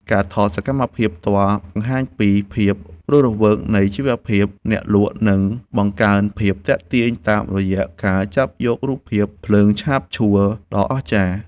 ការថតសកម្មភាពផ្ទាល់បង្ហាញពីភាពរស់រវើកនៃជីវភាពអ្នកលក់ និង បង្កើនភាពទាក់ទាញតាមរយៈការចាប់យករូបភាពភ្លើងឆាបឆួលដ៏អស្ចារ្យ។